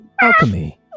alchemy